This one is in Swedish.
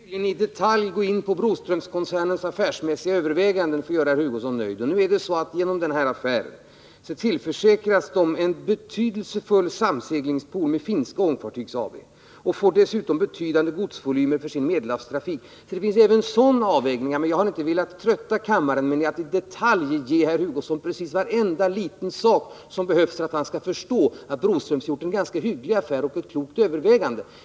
Herr talman! Jag skall tydligen i detalj gå in på Broströmskoncernens affärsmässiga överväganden för att göra herr Hugosson nöjd. Det är så att genom den här affären tillförsäkras koncernen en betydelsefull samseglingspool med Finska Ångfartygs AB och får dessutom betydande godsvolymer för sin Medelhavstrafik. Det finns alltså även sådana avvägningar, men jag har inte velat trötta kammaren med att i detalj ge herr Hugosson precis varenda liten uppgift som behövs för att han skall förstå att Broströms har gjort en ganska hygglig affär och ett klokt övervägande.